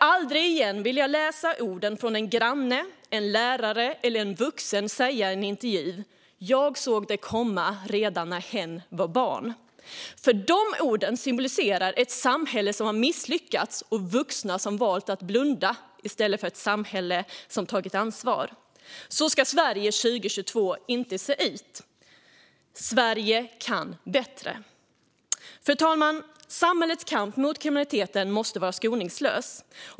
Aldrig igen vill jag läsa orden från en granne, en lärare eller en annan vuxen, som i en intervju säger: Jag såg det komma redan när hen var barn. De orden symboliserar nämligen ett samhälle som har misslyckats och vuxna som valt att blunda i stället för ett samhälle som tagit ansvar. Så ska Sverige 2022 inte se ut. Sverige kan bättre. Fru talman! Samhällets kamp mot kriminaliteten måste vara skoningslös.